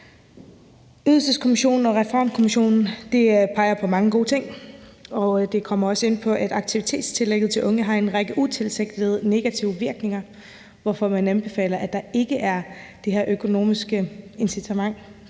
Ydelseskommission og Reformkommissionen peger på mange gode ting, og de kommer også ind på, at aktivitetstillægget til unge har en række utilsigtede negative virkninger, hvorfor man anbefaler, at der ikke er det her økonomiske incitament